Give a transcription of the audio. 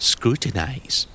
Scrutinize